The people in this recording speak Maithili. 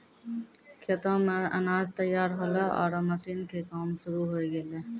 खेतो मॅ अनाज तैयार होल्हों आरो मशीन के काम शुरू होय गेलै